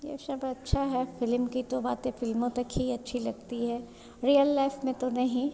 उ सब अच्छा है फिलीम की तो बाते फिल्मों तक ही अच्छी लगती है रियल लाइफ में तो नहीं